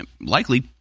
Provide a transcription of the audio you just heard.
Likely